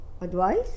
Advice